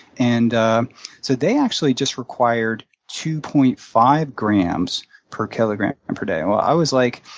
and ah so they actually just required two point five grams per kilogram and per day. well, i was, like,